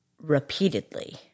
repeatedly